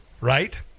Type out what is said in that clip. right